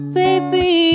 baby